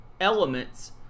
elements